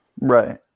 Right